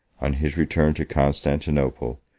on his return to constantinople,